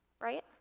right